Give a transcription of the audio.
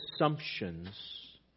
assumptions